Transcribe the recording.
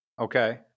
Okay